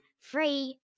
Free